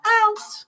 out